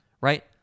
right